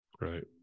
Right